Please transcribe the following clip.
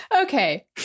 Okay